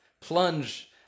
plunge